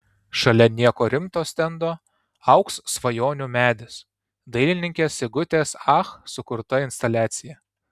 šalia nieko rimto stendo augs svajonių medis dailininkės sigutės ach sukurta instaliacija